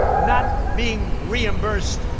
not being reimbursed,